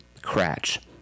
Cratch